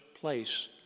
place